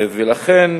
ולכן,